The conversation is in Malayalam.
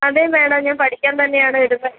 അതേ മേഡം ഞാൻ പഠിക്കാൻ തന്നെയാണ് വരുന്നത്